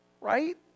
right